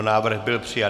Návrh byl přijat.